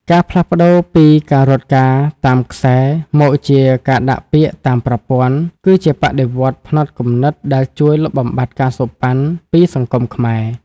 ការផ្លាស់ប្តូរពី "ការរត់ការតាមខ្សែ" មកជា "ការដាក់ពាក្យតាមប្រព័ន្ធ" គឺជាបដិវត្តន៍ផ្នត់គំនិតដែលជួយលុបបំបាត់ ការសូកប៉ាន់ ពីសង្គមខ្មែរ។